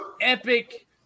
epic